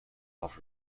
off